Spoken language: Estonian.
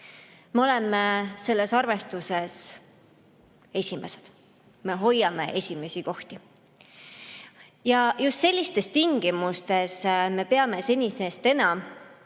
Me oleme selles arvestuses esimesed, me hoiame esimesi kohti. Ja just sellistes tingimustes me peame senisest enam